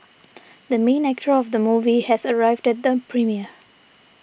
the main actor of the movie has arrived at the premiere